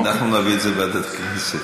אנחנו נעביר את זה לוועדת הכנסת.